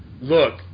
look